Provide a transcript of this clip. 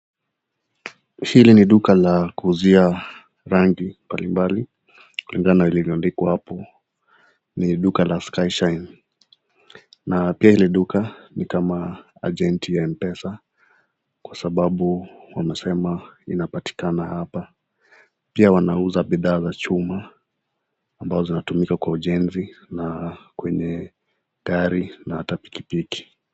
Hili ni duka la kuuzia rangi mbalimbali, kulingana na ilivyoandikwa hapo ni duka la Sky Shine. Na pia hili duka ni kama ajenti ya M-PESA kwa sababu wanasema inapatikana hapa. Pia wanauza bidhaa za chuma ambazo zinatumika kwa ujenzi na kwenye tairi na pia pikipiki.